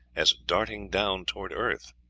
as darting down toward earth.